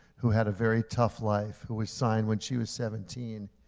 who had a very tough life, who was signed when she was seventeen,